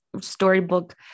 storybook